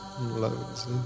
Loads